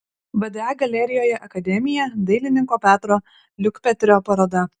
vda galerijoje akademija dailininko petro liukpetrio paroda